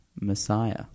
Messiah